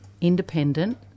independent